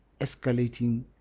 escalating